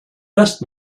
best